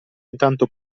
intanto